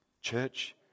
Church